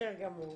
בסדר גמור.